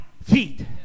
feet